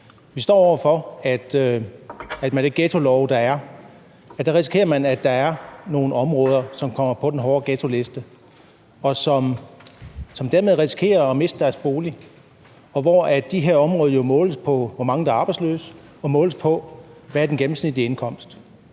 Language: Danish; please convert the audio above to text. Vi står over for, at man med de ghettolove, der er, risikerer, at der er nogle områder, som kommer på den hårde ghettoliste, så folk dermed risikerer at miste deres bolig. Og de her områder måles jo på, hvor mange der er arbejdsløse, og måles på, hvad den gennemsnitlige indkomst